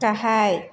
गाहाय